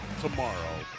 tomorrow